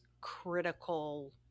critical